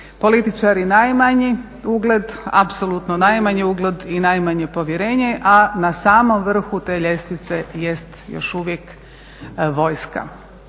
Političari najmanji ugled, apsolutno najmanji ugled i najmanje povjerenje, a na samom vrhu te ljestvice jest još uvijek vojska.